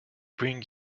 bring